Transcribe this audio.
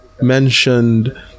Mentioned